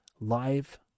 live